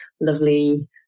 lovely